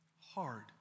Hard